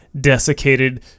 desiccated